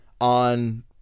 on